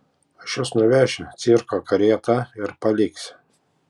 aš jus nuvešiu cirko karieta ir paliksiu